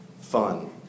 fun